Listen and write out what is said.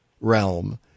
realm